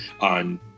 on